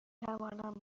توانم